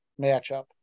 matchup